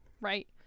right